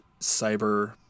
cyber